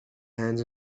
hands